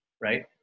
right